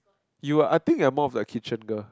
you I think you're more like kitchen girl